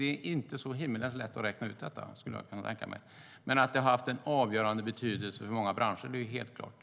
Det är inte så himmelens lätt att räkna ut det, kan jag tänka mig. Att det har haft en avgörande betydelse för många branscher är helt klart.